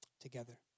together